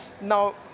Now